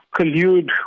collude